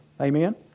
Amen